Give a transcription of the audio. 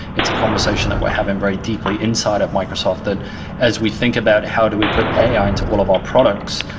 it's a conversation that we are having very deeply inside of microsoft, that as we think about how do we put ai into all of our products,